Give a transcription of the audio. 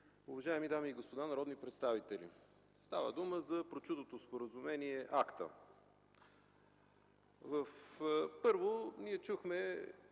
уважаеми дами и господа народни представители! Става дума за прочутото Споразумение АСТА. Първо чухме